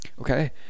okay